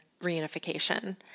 reunification